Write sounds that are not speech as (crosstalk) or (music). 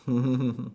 (laughs)